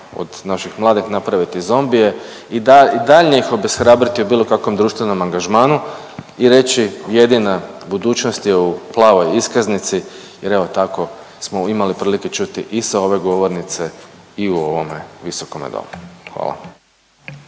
od naših mladih napraviti zombije i daljnje ih obeshrabriti u bilo kakvom društvenom angažmanu i reći jedina budućnost je u plavoj iskaznici, jer evo tako smo imali prilike čuti i sa ove govornice i u ovome Visokome domu. Hvala.